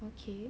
okay